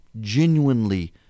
Genuinely